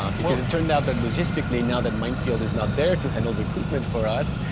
um because it turned out that logistically, now that mind field is not there to handle recruitment for us,